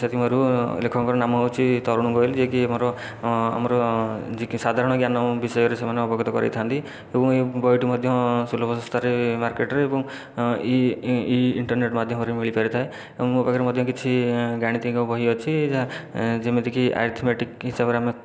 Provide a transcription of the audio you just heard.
ସେଥିମଧ୍ୟରୁ ଲେଖକଙ୍କର ନାମ ହେଉଛି ତରୁଣ ଗୋଏଲ ଯିଏକି ଆମର ଆମର ଜିକେ ସାଧାରଣ ଜ୍ଞାନ ବିଷୟରେ ସେମାନେ ଅବଗତ କରାଇଥାନ୍ତି ଏବଂ ଏହି ବହିଟି ମଧ୍ୟ ସୁଲଭ ଶସ୍ତାରେ ମାର୍କେଟରେ ଏବଂ ଇଣ୍ଟରନେଟ୍ ମାଧ୍ୟମରେ ମିଳିପାରିଥାଏ ଏବଂ ମୋ ପାଖରେ ମଧ୍ୟ କିଛି ଗାଣିତିଜ୍ଞ ବହି ଅଛି ଯାହା ଯେମିତିକି ଆରିଥମେଟିକ୍ ସେଗୁଡ଼ା ଆମେ